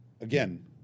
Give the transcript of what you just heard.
Again